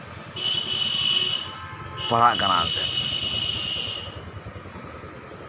ᱯᱟᱲᱦᱟᱜ ᱠᱟᱱᱟ ᱮᱱᱛᱮᱛ